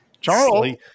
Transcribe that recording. charles